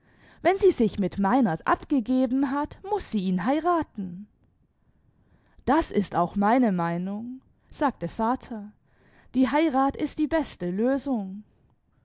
wenn sie sich mit meinert abgegeben hat muß sie ihn heiraten das ist auch meine meinung sagte vater die heirat ist die beste lösung